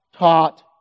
taught